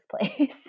place